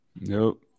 Nope